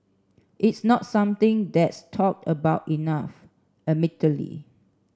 it's not something that's talked about enough admittedly